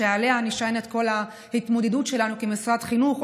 שעליה נשענת כל ההתמודדות שלנו כמשרד חינוך,